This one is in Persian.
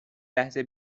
لحظه